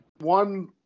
One